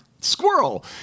squirrel